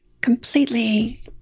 completely